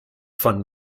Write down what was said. von